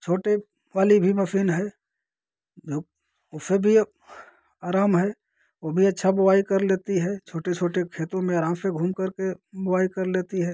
छोटे वाली भी मसीन है जो उससे भी अब आराम है वो भी अच्छा बोआई कर लेती है छोटे छोटे खेतों में आराम से घूम कर के बोआई कर लेती है